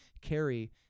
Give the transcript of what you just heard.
carry